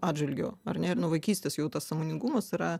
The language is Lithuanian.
atžvilgiu ar ne ir nuo vaikystės jų tas sąmoningumas yra